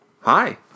Hi